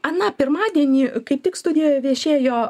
aną pirmadienį kaip tik studijoje viešėjo